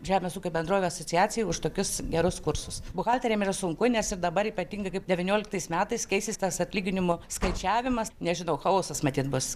žemės ūkio bendrovių asociacijai už tokius gerus kursus buhalteriam yra sunku nes ir dabar ypatingai kaip devynioliktais metais keisis tas atlyginimų skaičiavimas nežinau chaosas matyt bus